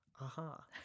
Aha